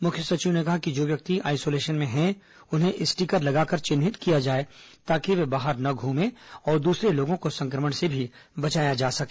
मुख्य सचिव ने कहा कि जो व्यक्ति आइसोलेशन में हैं उन्हें स्टिकर लगाकर चिन्हित किया जाए ताकि वे बाहर न घूमें और दूसरे लोगों को संक्रमण से भी बचाया जा सके